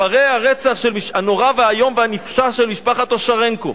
אחרי הרצח הנורא והאיום והנפשע של משפחת אושרנקו,